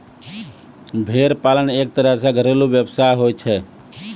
भेड़ पालन एक तरह सॅ घरेलू व्यवसाय होय छै